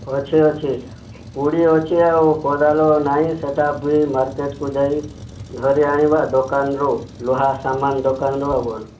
ଅଛି ଅଛି କୁଡ଼ି ଅଛି ଆଉ କୋଦାଳ ନାହିଁ ସେହିଟା ବି ମାର୍କେଟ କୁ ଯାଇ ଧରି ଆଣିବା ଦୋକାନ ରୁ ଲୁହା ସାମାନ ଦୋକାନ ରୁ ଆଉକ'ଣ